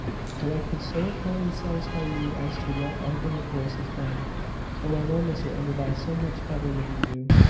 though i could so entirely satisfy you as to what our intercourse has been though i know mr enderby so much better than you do.